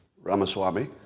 Ramaswamy